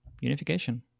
Unification